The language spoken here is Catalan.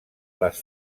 les